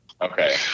Okay